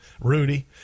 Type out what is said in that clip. Rudy